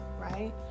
right